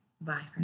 Bye